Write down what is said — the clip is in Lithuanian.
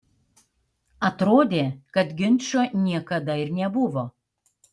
atrodė kad ginčo niekada ir nebuvo